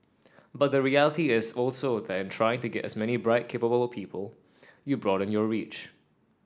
but the reality is also that in trying to get as many bright capable people you broaden your reach